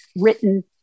written